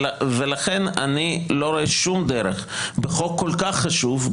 ולכן אני לא רואה שום דרך בחוק כל כך חשוב,